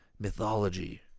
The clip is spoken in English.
mythology